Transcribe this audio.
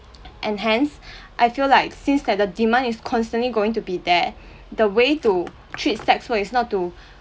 and hence I feel like since that the demand is constantly going to be there the way to treat sex work is not to